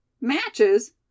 Matches